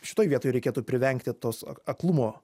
šitoj vietoj reikėtų privengti tos aklumo